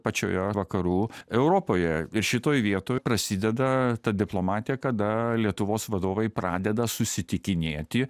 pačioje vakarų europoje ir šitoj vietoj prasideda ta diplomatija kada lietuvos vadovai pradeda susitikinėti